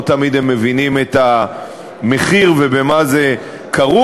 לא תמיד הם מבינים את המחיר ובמה זה כרוך.